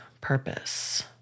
purpose